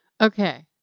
okay